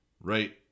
right